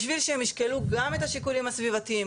בשביל שהם ישקלו גם את השיקולים הסביבתיים,